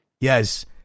Yes